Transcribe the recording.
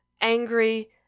angry